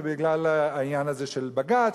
בגלל העניין הזה של בג"ץ,